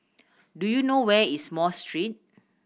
do you know where is Street